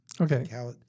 Okay